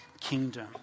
kingdom